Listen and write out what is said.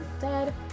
dead